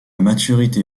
maturité